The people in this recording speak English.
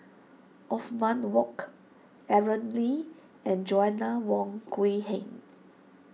Othman Wok Aaron Lee and Joanna Wong Quee Heng